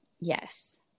Yes